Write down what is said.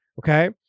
okay